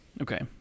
Okay